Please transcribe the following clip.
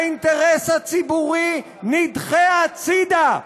האינטרס הציבורי נדחה הצדה,